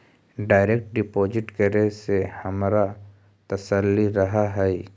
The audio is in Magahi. डायरेक्ट डिपॉजिट करे से हमारा तसल्ली रहअ हई